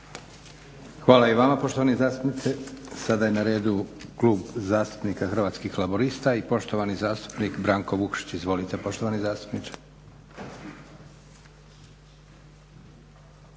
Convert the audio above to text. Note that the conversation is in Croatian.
Hvala i vama poštovani zastupniče. Sada je na redu Klub zastupnika Hrvatskih laburista i poštovani zastupnik Branko Vukšić. Izvolite poštovani zastupniče.